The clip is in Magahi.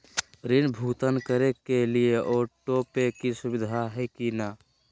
ऋण भुगतान करे के लिए ऑटोपे के सुविधा है की न?